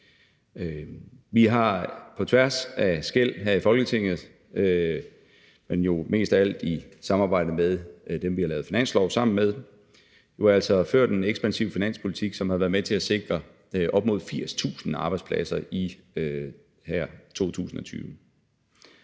Vi har på tværs af skel her i Folketinget, men jo mest af alt i samarbejde med dem, vi har lavet finanslov sammen med, ført en ekspansiv finanspolitik, som har været med til at sikre op mod 80.000 arbejdspladser i 2020.